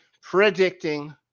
predicting